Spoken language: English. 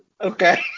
okay